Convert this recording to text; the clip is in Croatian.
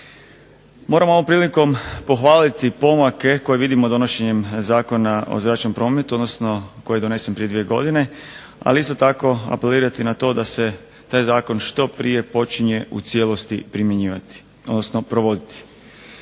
Moram ovom prilikom pohvaliti pomake koje vidimo donošenjem Zakona o zračnom prometu koji je donesen prije dvije godine, ali isto tako apelirati na to da se taj zakon što prije počne u cijelosti primjenjivati, odnosno provoditi.